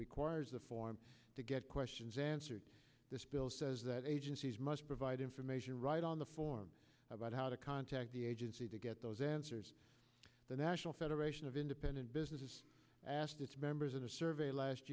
requires the form to get questions answered this bill says that agencies must provide information right on the form about how to contact the agency to get those answers the national federation of independent businesses asked its members in a survey last